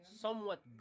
somewhat